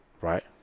right